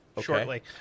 shortly